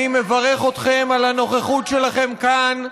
אני מברך אתכן על הנוכחות שלכן כאן,